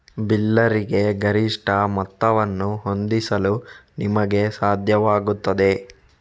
ಬಿಲ್ಲರಿಗೆ ಗರಿಷ್ಠ ಮೊತ್ತವನ್ನು ಹೊಂದಿಸಲು ನಿಮಗೆ ಸಾಧ್ಯವಾಗುತ್ತದೆ